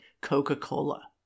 Coca-Cola